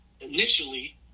initially